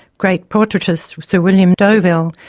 great portraitist sir william dobell,